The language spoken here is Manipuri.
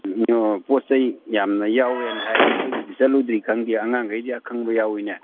ꯑꯣ ꯄꯣꯠ ꯆꯩ ꯌꯥꯝꯅ ꯌꯥꯎꯋꯦꯅ ꯍꯥꯏꯌꯦ ꯑꯩꯈꯣꯏꯕꯨꯗꯤ ꯆꯠꯂꯨꯗ꯭ꯔꯤ ꯈꯪꯗꯦ ꯑꯉꯥꯡꯈꯩꯗꯤ ꯑꯈꯪꯕ ꯌꯥꯎꯏꯅꯦ